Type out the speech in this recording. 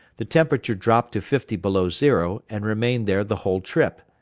the temperature dropped to fifty below zero and remained there the whole trip.